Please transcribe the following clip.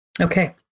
Okay